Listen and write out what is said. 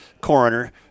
coroner